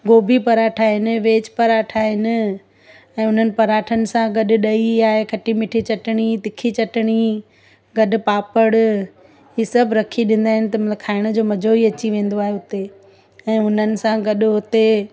गौभी पराठा आहिनि वेज पराठा आहिनि ऐं उन्हनि पराठनि सां गॾु ॾही आहे खटी मिठी चटणी तिखी चटणी गॾु पापड़ इहे सभु रखी ॾींदा आहिनि त मतिलबु खाइण जो मज़ो ई अची वेंदो आहे उते ऐं हुननि सां गॾु हुते